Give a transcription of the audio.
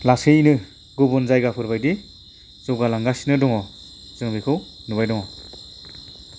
लासैनो गुबुन जायगाफोरबायदि जौगालांगासिनो दङ जों बेखौ नुबाय दङ